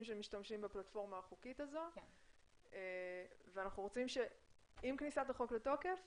שמשתמשים בפלטפורמה החוקית הזאת ואנחנו רוצים שעם כניסתה חוק לתוקף